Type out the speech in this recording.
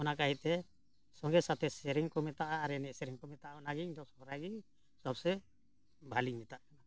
ᱚᱱᱟ ᱠᱷᱟᱹᱛᱤᱨᱛᱮ ᱥᱚᱸᱜᱮ ᱥᱟᱛᱮ ᱥᱮᱨᱮᱧ ᱠᱚ ᱢᱮᱛᱟᱜᱼᱟ ᱟᱨ ᱮᱱᱮᱡ ᱥᱮᱨᱮᱧ ᱠᱚ ᱢᱮᱛᱟᱜᱼᱟ ᱚᱱᱟᱜᱮ ᱤᱧ ᱫᱚ ᱥᱚᱦᱨᱟᱭ ᱜᱮ ᱥᱚᱵᱥᱮ ᱵᱷᱟᱹᱞᱤᱧ ᱢᱮᱛᱟᱜᱼᱟ ᱠᱟᱱᱟ